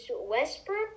Westbrook